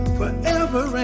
forever